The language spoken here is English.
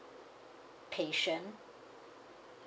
patient